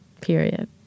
Period